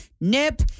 Nip